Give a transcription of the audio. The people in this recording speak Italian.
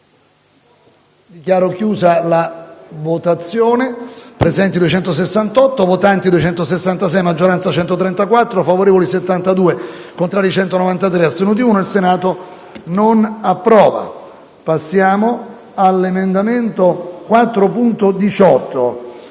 Dichiaro aperta la votazione.